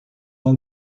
uma